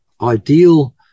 ideal